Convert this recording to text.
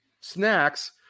Snacks